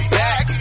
back